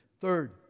Third